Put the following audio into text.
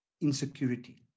insecurity